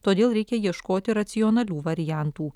todėl reikia ieškoti racionalių variantų